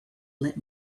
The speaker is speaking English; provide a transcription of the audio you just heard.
let